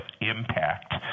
impact